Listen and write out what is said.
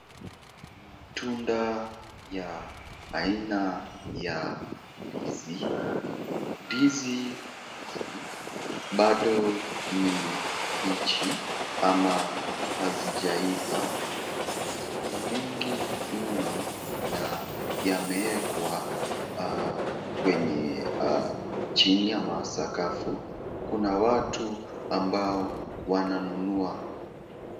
Matunda ya aina ya ndizi. Ndizi hizi bado ni mbichi ama hazijaiva. Ni mengi mno na yameekwa kwenye chini ya masakafu. Kuna watu ambao wananunua.